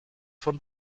von